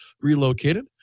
relocated